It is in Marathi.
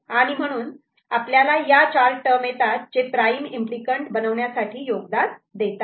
आणि म्हणून आपल्याला या चार टर्म येतात जे प्राईम इम्पली कँट बनवण्यासाठी योगदान देतात